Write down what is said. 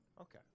Okay